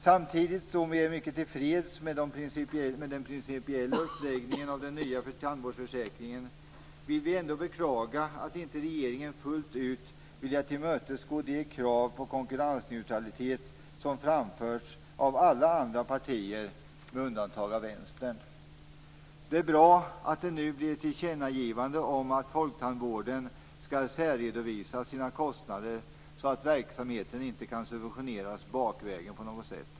Samtidigt som vi är mycket tillfreds med den principiella uppläggningen av den nya tandvårdsförsäkringen vill vi ändå beklaga att inte regeringen fullt ut velat tillmötesgå de krav på konkurrensneutralitet som framförts av alla andra partier med undantag av Det är bra att det nu blir ett tillkännagivande om att folktandvården skall särredovisa sina kostnader så att verksamheten inte kan subventioneras "bakvägen" på något sätt.